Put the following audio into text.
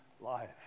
life